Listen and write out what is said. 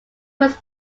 was